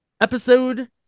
Episode